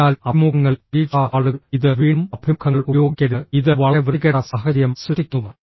അതിനാൽ അഭിമുഖങ്ങളിൽ പരീക്ഷാ ഹാളുകൾ ഇത് വീണ്ടും അഭിമുഖങ്ങൾ ഉപയോഗിക്കരുത് ഇത് വളരെ വൃത്തികെട്ട സാഹചര്യം സൃഷ്ടിക്കുന്നു